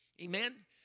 Amen